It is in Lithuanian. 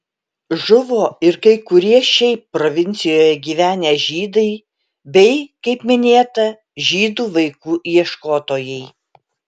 žuvo ir kai kurie šiaip provincijoje gyvenę žydai bei kaip minėta žydų vaikų ieškotojai